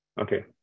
okay